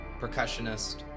percussionist